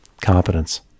competence